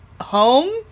home